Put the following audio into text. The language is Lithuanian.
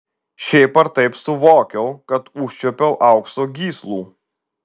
šiaip ar taip suvokiau kad užčiuopiau aukso gyslų